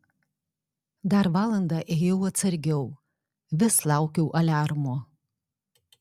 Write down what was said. dar valandą ėjau atsargiau vis laukiau aliarmo